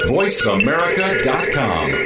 VoiceAmerica.com